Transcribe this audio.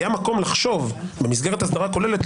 היה מקום לחשוב במסגרת הסדרה כוללת,